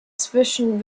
zwischen